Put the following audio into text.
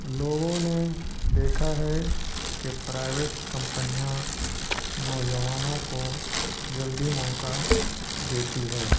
لوگوں نے دیکھا ہے کہ پرائیویٹ کمپنیاں نوجوانوں کو جلدی موقع دیتی ہے